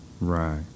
Right